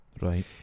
Right